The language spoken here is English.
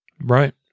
Right